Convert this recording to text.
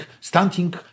Stunting